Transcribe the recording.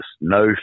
No